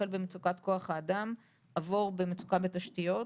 החל במצוקת כוח האדם, עבור במצוקה בתשתיות,